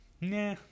Nah